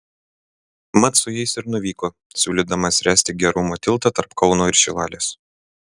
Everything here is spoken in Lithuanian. mat su jais ir nuvyko siūlydamas ręsti gerumo tiltą tarp kauno ir šilalės